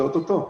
זה אוטוטו.